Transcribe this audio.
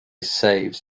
saves